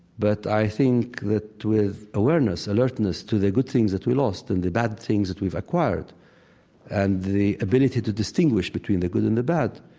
but i think that with awareness, alertness, to the good things that we lost and the bad things that we've acquired and the ability to distinguish between the good and the bad,